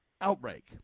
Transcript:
outbreak